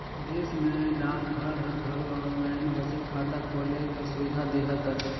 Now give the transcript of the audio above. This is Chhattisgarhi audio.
देस में डाकघर हर घलो आनलाईन बचत खाता खोले कर सुबिधा देहत अहे